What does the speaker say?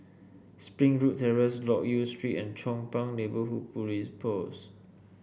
Springwood Terrace Loke Yew Street and Chong Pang Neighbourhood Police Post